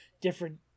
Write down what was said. different